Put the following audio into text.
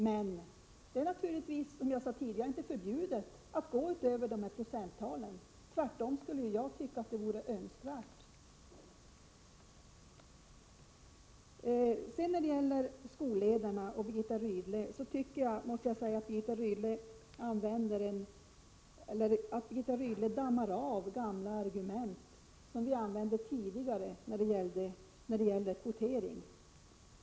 Men det är naturligtvis, som jag sade tidigare, inte förbjudet att gå utöver de procenttalen. Tvärtom skulle jag tycka att det vore önskvärt. När det sedan gäller skolledarna och Birgitta Rydle tycker jag att Birgitta Rydle dammar av gamla argument som vi använde tidigare när det gällde kvotering.